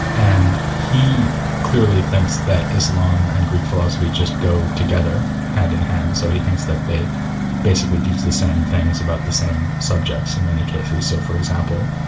and he clearly thinks that islam and greek philosophy just go together, hand-in-hand, so he thinks that they basically teach the same things about the same subjects, in many cases. so for example,